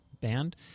band